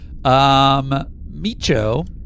Micho